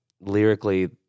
lyrically